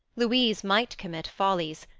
louise might commit follies,